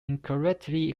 incorrectly